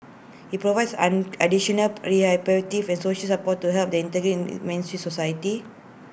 IT provides an additional rehabilitative and support to help them integrate main society